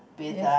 yes